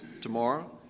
tomorrow